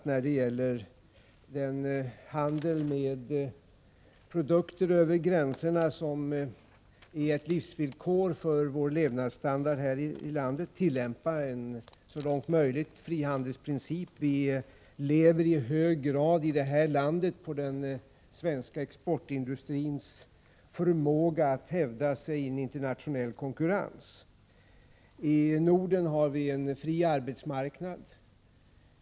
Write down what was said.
När det gäller den handel över gränserna som är ett livsvillkor för levnadsstandarden i landet är vi beredda att så långt det är möjligt tillämpa frihandelsprincipen. Vi lever i hög grad på den svenska exportindustrins förmåga att hävda sig i en internationell konkurrens. I Norden har vi en fri arbetsmarknad.